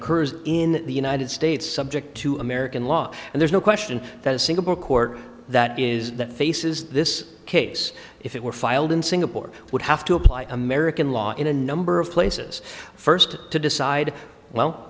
occurs in the united states subject to american law and there's no question that a single court that is that faces this case if it were filed in singapore would have to apply american law in a number of places first to decide well